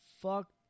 fuck